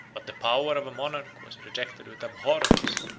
but the power of a monarch was rejected with abhorrence,